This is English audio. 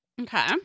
Okay